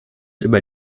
über